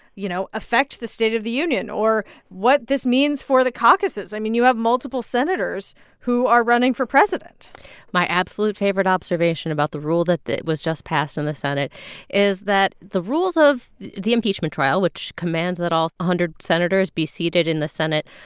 you know, affect the state of the union or what this means for the caucuses. i mean, you have multiple senators who are running for president my absolute favorite observation about the rule that that was just passed in the senate is that the rules of the impeachment trial, which commands that all one hundred senators be seated in the senate,